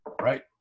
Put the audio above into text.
right